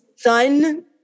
son